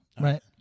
right